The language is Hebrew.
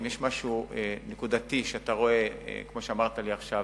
אם יש משהו נקודתי שאתה רואה, כמו שאמרת לי עכשיו,